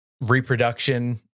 reproduction